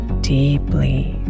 deeply